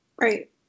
right